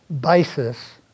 basis